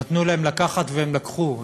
נתנו להם לקחת והם לקחו,